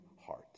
heart